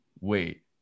wait